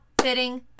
fitting